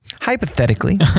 hypothetically